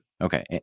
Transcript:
Okay